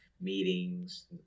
meetings